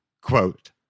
quote